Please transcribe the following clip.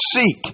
seek